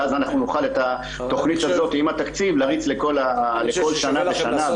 ואז נוכל את התונית הזאת עם התקציב להריץ לכל שנה ושנה.